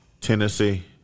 Tennessee